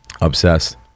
Obsessed